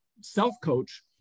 self-coach